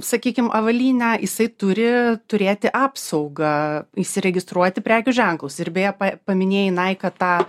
sakykim avalynę jisai turi turėti apsaugą įsiregistruoti prekių ženklus ir beje pa paminėjai naiką tą